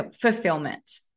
fulfillment